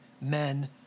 men